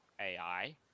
ai